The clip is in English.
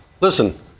listen